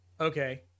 Okay